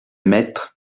maître